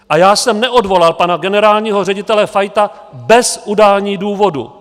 A já jsem neodvolal pana generálního ředitele Fajta bez udání důvodu.